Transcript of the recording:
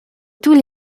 tous